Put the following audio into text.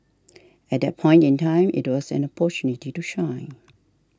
at that point in time it was an opportunity to shine